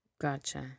Gotcha